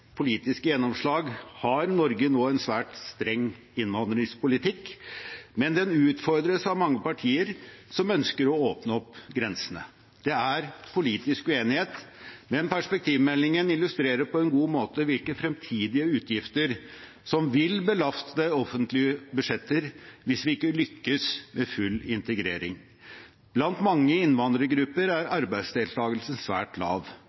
politiske gjennomslag har Norge nå en svært streng innvandringspolitikk, men den utfordres av mange partier som ønsker å åpne opp grensene. Det er politisk uenighet, men perspektivmeldingen illustrerer på en god måte hvilke fremtidige utgifter som vil belaste offentlige budsjetter hvis vi ikke lykkes med full integrering. Blant mange innvandrergrupper er arbeidsdeltakelsen svært lav